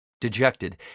Dejected